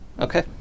Okay